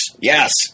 yes